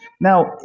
Now